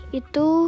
itu